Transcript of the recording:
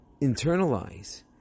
internalize